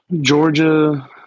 Georgia